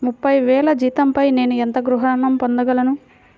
ముప్పై వేల జీతంపై నేను ఎంత గృహ ఋణం పొందగలను?